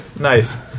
Nice